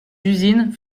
usines